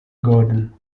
gordon